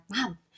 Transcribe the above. mom